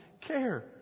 care